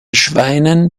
schweinen